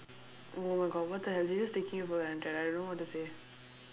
oh my god what the hell she's just taking you for granted I don't know what to say